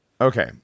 okay